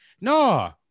No